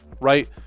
right